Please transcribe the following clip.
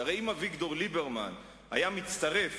שהרי אם אביגדור ליברמן היה מצטרף